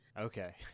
Okay